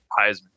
Heisman